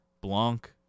Blanc